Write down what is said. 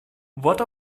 what